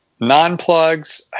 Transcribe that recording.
Non-plugs